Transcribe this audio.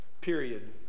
Period